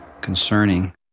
concerning